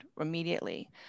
immediately